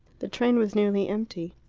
the train was nearly empty.